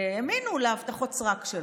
והאמינו להבטחות הסרק שלו,